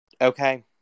Okay